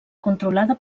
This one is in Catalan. controlada